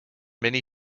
many